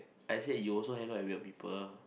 I say you also hang out with weird people